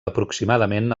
aproximadament